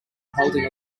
holding